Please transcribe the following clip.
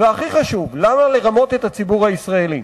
והכי חשוב, למה לרמות את הציבור הישראלי?